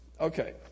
Okay